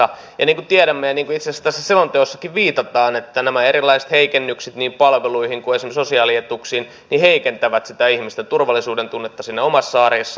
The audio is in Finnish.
niin kuin tiedämme ja niin kuin itse asiassa tässä selonteossakin viitataan nämä erilaiset heikennykset niin palveluihin kuin esimerkiksi sosiaalietuuksiin heikentävät sitä ihmisten turvallisuudentunnetta omassa arjessa